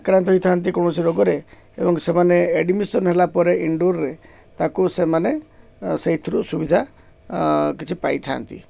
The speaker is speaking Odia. ଆକ୍ରାନ୍ତ ହୋଇଥାନ୍ତି କୌଣସି ରୋଗରେ ଏବଂ ସେମାନେ ଆଡମିସନ ହେଲା ପରେ ଇନଡୋରରେ ତାକୁ ସେମାନେ ସେଇଥିରୁ ସୁବିଧା କିଛି ପାଇଥାନ୍ତି